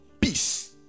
peace